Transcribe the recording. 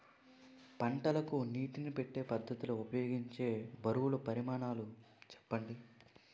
పంటలకు నీటినీ పెట్టే పద్ధతి లో ఉపయోగించే బరువుల పరిమాణాలు చెప్పండి?